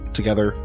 Together